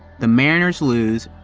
the mariners lose,